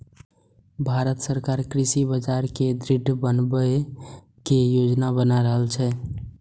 भांरत सरकार कृषि बाजार कें दृढ़ बनबै के योजना बना रहल छै